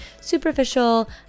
superficial